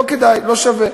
לא כדאי, לא שווה.